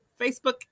Facebook